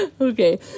Okay